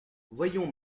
voyons